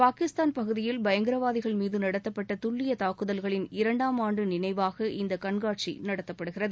பாகிஸ்தான் பகுதியில் பயங்கரவாதிகள் மீது நடத்தப்பட்ட துல்லிய தாக்குதல்களின் இரண்டாம் ஆண் நினைவாக இந்த கண்காட்சி நடத்தப்படுகிறது